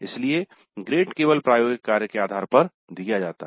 इसलिए ग्रेड केवल प्रायोगिक कार्य के आधार पर दिया जाता है